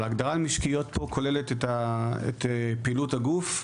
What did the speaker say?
אבל ההגדרה משקיות פה כוללת את פעילות הגוף,